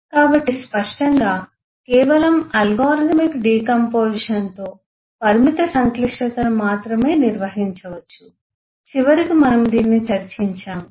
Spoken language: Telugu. కాబట్టి స్పష్టంగా కేవలం అల్గోరిథమిక్ డికాంపొజిషన్ తో పరిమిత సంక్లిష్టతను మాత్రమే నిర్వహించవచ్చు చివరికి మనము దీనిని చర్చించాము